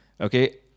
okay